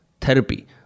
therapy